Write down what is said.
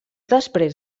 després